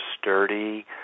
sturdy